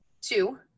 two